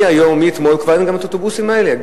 מהיום, מאתמול, כבר אין גם האוטובוסים האלה.